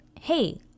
hey